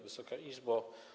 Wysoka Izbo!